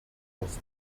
aus